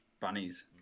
bunnies